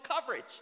coverage